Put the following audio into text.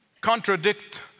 contradict